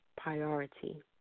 priority